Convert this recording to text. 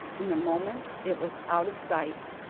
in a moment it was out of sight,